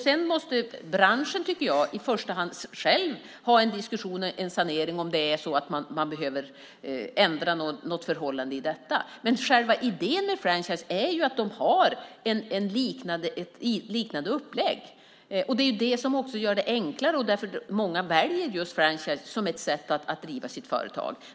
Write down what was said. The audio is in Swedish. Sedan måste branschen själv i första hand ha en diskussion och en sanering om man behöver ändra något förhållande i detta. Men själva idén med franchise är att de har ett liknande upplägg, och det är det som gör det enklare. Många väljer just franchise som ett sätt att driva sitt företag.